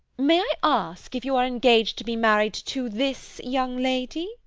may i ask if you are engaged to be married to this young lady?